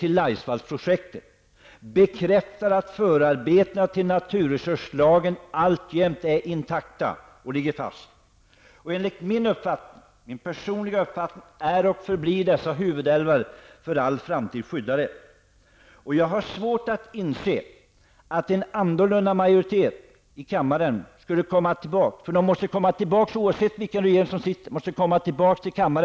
Laisvallsprojektet bekräftar att förarbetena till naturresurslagen alltjämt är intakta och ligger fast. Enligt min personliga uppfattning är och förblir huvudälvarna för all framtid skyddade. Frågan måste komma tillbaka till riksdagen oavsett vilken regering som sitter, och jag har svårt att inse att en annan majoritet i kammaren